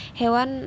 hewan